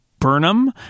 burnham